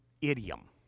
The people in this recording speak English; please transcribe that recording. idiom